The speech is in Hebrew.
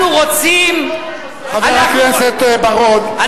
אנחנו רוצים עם אחד.